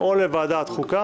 זה ועדת החוקה,